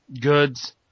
goods